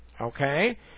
Okay